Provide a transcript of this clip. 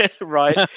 right